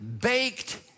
baked